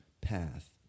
path